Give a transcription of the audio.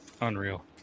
Unreal